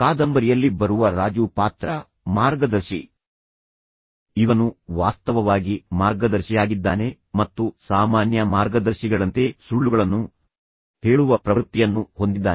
ಕಾದಂಬರಿಯಲ್ಲಿ ಬರುವ ರಾಜು ಪಾತ್ರ ಮಾರ್ಗದರ್ಶಿ ಇವನುವಾಸ್ತವವಾಗಿ ಮಾರ್ಗದರ್ಶಿಯಾಗಿದ್ದಾನೆ ಮತ್ತು ಸಾಮಾನ್ಯ ಮಾರ್ಗದರ್ಶಿಗಳಂತೆ ಸುಳ್ಳುಗಳನ್ನು ಹೇಳುವ ಪ್ರವೃತ್ತಿಯನ್ನು ಹೊಂದಿದ್ದಾನೆ